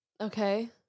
Okay